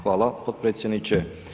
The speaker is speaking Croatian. Hvala potpredsjedniče.